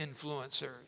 influencers